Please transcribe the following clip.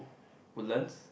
Woodlands